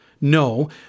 No